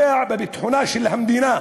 אני פוגע בביטחונה של המדינה,